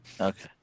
okay